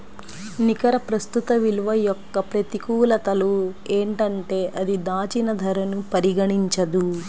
నికర ప్రస్తుత విలువ యొక్క ప్రతికూలతలు ఏంటంటే అది దాచిన ధరను పరిగణించదు